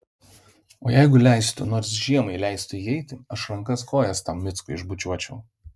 o jeigu leistų nors žiemai leistų įeiti aš rankas kojas tam mickui išbučiuočiau